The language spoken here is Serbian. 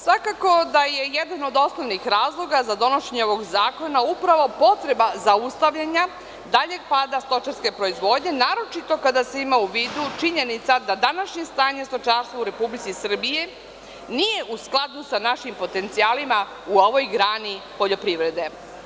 Svakako da je jedan od osnovnih razloga za donošenje ovog zakona upravo potreba zaustavljanja daljeg pada stočarske proizvodnje, naročito kada se ima u vidu činjenica da današnje stanje stočarstva u Republici Srbiji nije u skladu sa našim potencijalima u ovoj grani poljoprivrede.